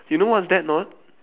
you know what's that or not